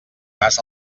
vas